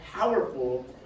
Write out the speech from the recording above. powerful